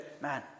man